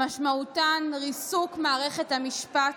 משמעותן ריסוק מערכת המשפט,